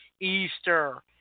Easter